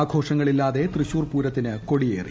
ആഘോഷങ്ങളില്ലാതെ തൃശ്ശൂർ പൂരത്തിന് കൊടിയേറി